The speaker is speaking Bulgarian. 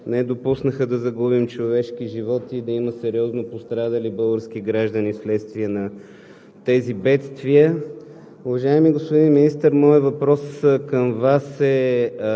на органите на полицията, които със своите действия не допуснаха да загубим човешки животи и да има сериозно пострадали български граждани вследствие на тези бедствия.